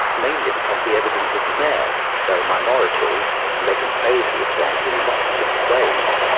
mainly because the evidence isn't there. they are a minority and they can fail to respond in lots of different ways.